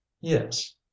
yes